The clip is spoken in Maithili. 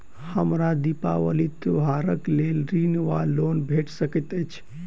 हमरा दिपावली त्योहारक लेल ऋण वा लोन भेट सकैत अछि?